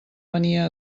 venia